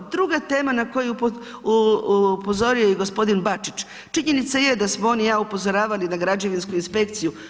Druga tema na koju je upozorio i g. Bačić, činjenica je da smo on i ja upozoravali na građevinsku inspekciju.